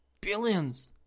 Billions